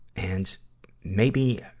and maybe,